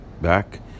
back